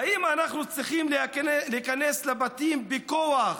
האם אנחנו צריכים להיכנס לבתים בכוח